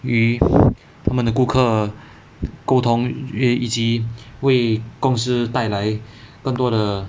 与他们的顾客沟通与以及为公司带来更多的